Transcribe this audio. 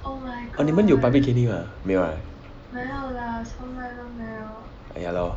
err 你们有 public caning mah 没有 ah ya lor